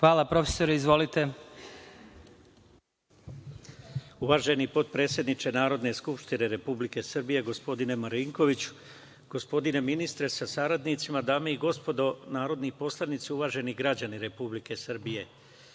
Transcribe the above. **Marko Atlagić** Uvaženi potpredsedniče Narodne skupštine Republike Srbije, gospodine Marinkoviću, gospodine ministre sa saradnicima, dame i gospodo narodni poslanici, uvaženi građani Republike Srbije. Moje